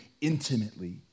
intimately